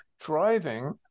driving